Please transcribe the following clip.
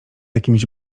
jakimś